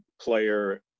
player